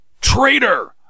Traitor